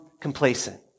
complacent